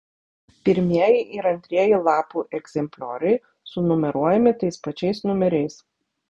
pirmieji ir antrieji lapų egzemplioriai sunumeruojami tais pačiais numeriais